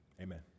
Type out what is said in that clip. Amen